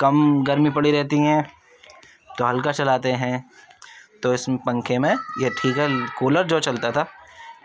کم گرمی پڑی رہتی ہے تو ہلکا چلاتے ہیں تو اس پنکھے میں یہ ٹھیک ہے کولر جو چلتا تھا